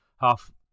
half